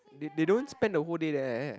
they they don't spend the whole day there